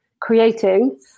creating